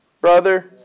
brother